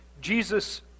Jesus